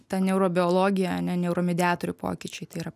ta neurobiologija ane neuromediatorių pokyčiai tai yra